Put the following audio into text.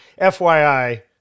FYI